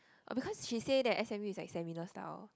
oh because she say that s_m_u is like seminar style